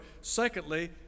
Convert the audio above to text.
Secondly